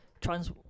trans